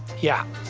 yeah.